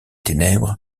ténèbres